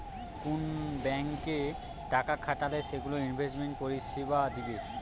কুন ব্যাংকে টাকা খাটালে সেগুলো ইনভেস্টমেন্ট পরিষেবা দিবে